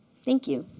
thank you.